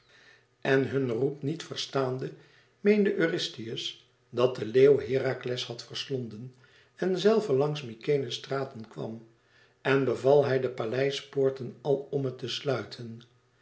en hun roep niet verstaande meende eurystheus dat de leeuw herakles had verslonden en zelve langs mykenæ's straten kwam en beval hij de paleispoorten alomme te sluiten